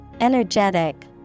energetic